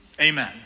Amen